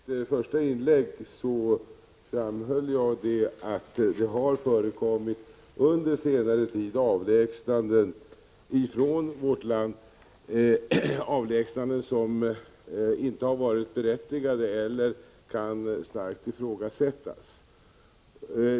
Herr talman! Redan i mitt första inlägg framhöll jag att det under senare tid förekommit att avlägsnanden från vårt land inte varit berättigade eller starkt kan ifrågasättas.